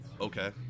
Okay